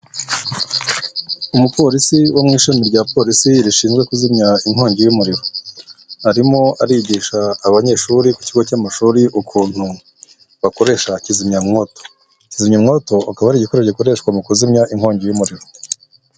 Umupolisi wo mu ishami rya polisi rishinzwe kuzimya inkongi y'umuriro, arimo arigisha abanyeshuri ku kigo cy'amashuri ukuntu bakoresha kizimyamwoto. Kizimyamwoto akaba ari igikoresho gikoreshwa mu kuzimya inkongi y'umuriro.